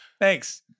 Thanks